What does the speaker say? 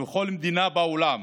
בכל מדינה בעולם,